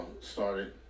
Started